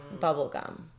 Bubblegum